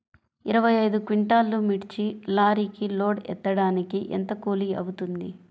ఇరవై ఐదు క్వింటాల్లు మిర్చి లారీకి లోడ్ ఎత్తడానికి ఎంత కూలి అవుతుంది?